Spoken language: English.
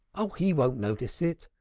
oh, he won't notice it.